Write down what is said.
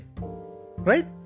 right